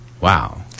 Wow